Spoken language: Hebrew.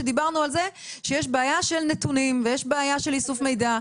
כשדיברנו על זה שיש בעיה של נתונים ויש בעיה של איסוף מידע,